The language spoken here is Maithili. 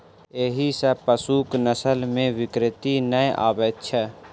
एहि सॅ पशुक नस्ल मे विकृति नै आबैत छै